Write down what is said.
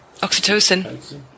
Oxytocin